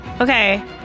Okay